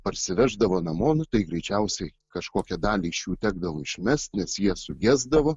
parsiveždavo namo nu tai greičiausiai kažkokią dalį iš jų tekdavo išmest nes jie sugesdavo